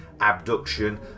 abduction